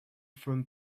from